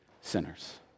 sinners